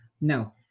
No